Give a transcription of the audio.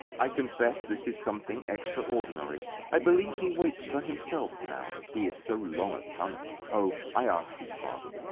i confess this is something extraordinary i believe he waits for himself now, he is so long a coming oh, i ask his pardon.